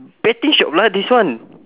betting shop lah this one